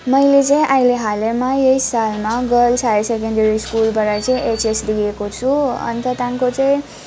मैले चाहिँ अहिले हालैमा यही सालमा गर्ल्स हाई सेकेन्डेरी सकुलबाट चाहिँ एचएस दिएको छु अन्त त्यहाँदेखिको चाहिँ